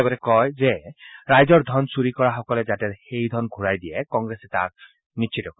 লগতে কয় যে ৰাইজৰ ধন চূৰি কৰাসকলে যাতে ৰাইজৰ ধন ঘূৰাই দিয়ে কংগ্ৰেছে তাক নিশ্চিত কৰিব